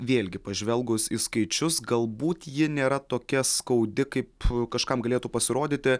vėlgi pažvelgus į skaičius galbūt ji nėra tokia skaudi kaip kažkam galėtų pasirodyti